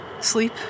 Sleep